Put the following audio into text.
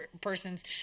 persons